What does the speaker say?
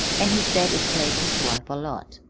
an' he said it plagued his wife a lot.